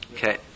Okay